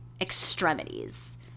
extremities